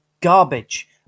Garbage